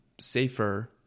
safer